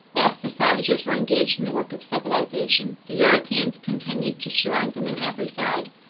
whilst the savages were engaged in the work of civilization, the europeans continued to surround them on every side,